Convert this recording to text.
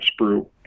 sprue